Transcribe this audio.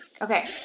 okay